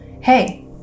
Hey